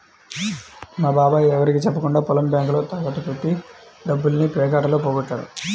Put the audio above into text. మా బాబాయ్ ఎవరికీ చెప్పకుండా పొలం బ్యేంకులో తాకట్టు బెట్టి డబ్బుల్ని పేకాటలో పోగొట్టాడు